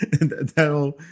that'll